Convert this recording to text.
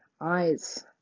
Eyes